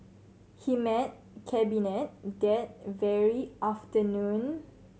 he met Cabinet that very afternoon